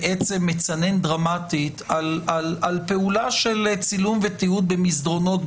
יהיו פה חוקים שנצליח לנקות מהשולחן,